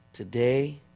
Today